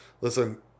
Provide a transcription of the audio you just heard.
listen